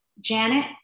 Janet